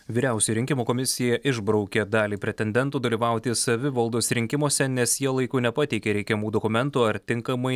vyriausioji rinkimų komisija išbraukė dalį pretendentų dalyvauti savivaldos rinkimuose nes jie laiku nepateikė reikiamų dokumentų ar tinkamai